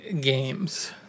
games